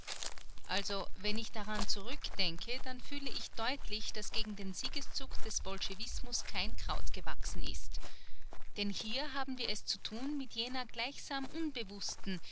also wenn ich daran zurückdenke dann fühle ich deutlich daß gegen den siegeszug des bolschewismus kein kraut gewachsen ist denn hier haben wir es zu tun mit jener gleichsam unbewußten